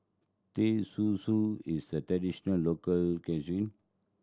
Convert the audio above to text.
Teh Susu is a traditional local cuisine